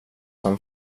som